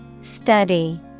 Study